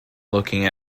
looking